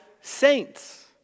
saints